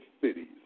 cities